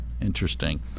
interesting